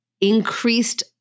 increased